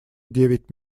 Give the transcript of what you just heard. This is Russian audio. девять